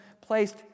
placed